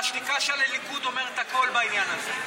והשתיקה של הליכוד אומרת הכול בעניין הזה.